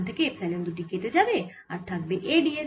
এখান থেকে এপসাইলন দুটি কেটে যাবে আর থাকবে a ds